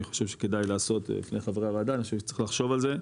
אני חושב שכדאי לעשות לפני חברי הוועדה אני חושב שצריך לחשוב על זה,